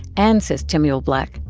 and, says timuel black,